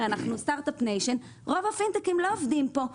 אנחנו סטארט אפ ניישן לא עובדים פה.